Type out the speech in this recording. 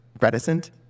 reticent